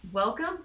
Welcome